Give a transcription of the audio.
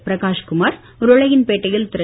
பிரகாஷ்குமார் உருளையன்பேட்டையில் திரு